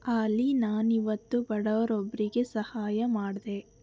ಆಲಿ ನಾನಿವತ್ತು ಬಡವರೊಬ್ಬರಿಗೆ ಸಹಾಯ ಮಾಡಿದೆ